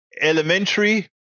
elementary